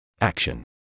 Action